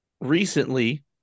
Recently